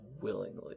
willingly